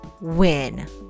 win